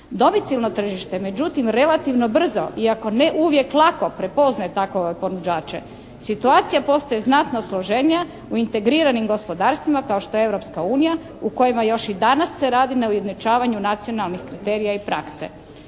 Domicilno međutim relativno brzo, iako ne uvijek lako prepoznaje takove ponuđače. Situacija postaje znatno složenija u integriranim gospodarstvima kao što je Europska unija u kojima se još i danas se radi u ujednačavanju nacionalnih kriterija i prakse.